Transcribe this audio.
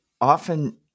often